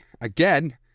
Again